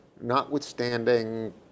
notwithstanding